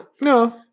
No